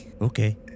Okay